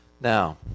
Now